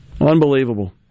Unbelievable